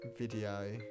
Video